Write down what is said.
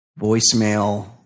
voicemail